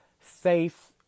safe